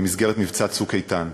במסגרת מבצע "צוק איתן".